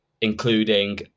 including